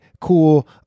cool